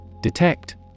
Detect